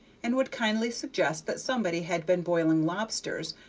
and would kindly suggest that somebody had been boiling lobsters,